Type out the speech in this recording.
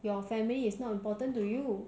your family is not important to you